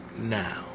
now